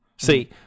See